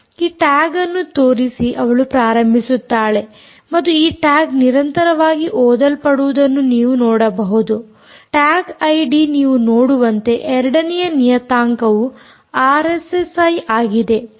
ಈ ಟ್ಯಾಗ್ ಅನ್ನು ತೋರಿಸಿ ಅವಳು ಪ್ರಾರಂಭಿಸುತ್ತಾಳೆ ಮತ್ತು ಈ ಟ್ಯಾಗ್ ನಿರಂತರವಾಗಿ ಓದಲ್ಪಡುವುದನ್ನು ನೀವು ನೋಡಬಹುದು ಟ್ಯಾಗ್ ಐಡಿ ನೀವು ನೋಡುವಂತೆ ಎರಡನೆಯ ನಿಯತಾಂಕವು ಆರ್ಎಸ್ಎಸ್ಐ ಆಗಿದೆ